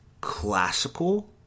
classical